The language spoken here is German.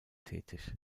tätig